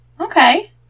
Okay